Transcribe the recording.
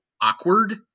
awkward